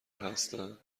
هستم